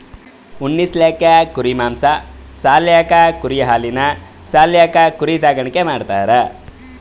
ಉಣ್ಣಿ ಸಾಲ್ಯಾಕ್ ಕುರಿ ಮಾಂಸಾ ಸಾಲ್ಯಾಕ್ ಕುರಿದ್ ಹಾಲಿನ್ ಸಾಲ್ಯಾಕ್ ಕುರಿ ಸಾಕಾಣಿಕೆ ಮಾಡ್ತಾರಾ